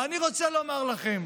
ואני רוצה לומר לכם,